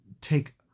take